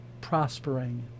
Prospering